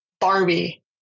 Barbie